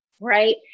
right